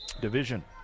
division